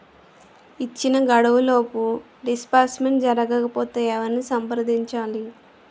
ఇచ్చిన గడువులోపు డిస్బర్స్మెంట్ జరగకపోతే ఎవరిని సంప్రదించాలి?